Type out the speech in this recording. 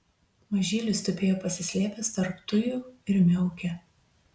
mažylis tupėjo pasislėpęs tarp tujų ir miaukė